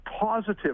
positive